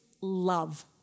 love